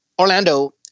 Orlando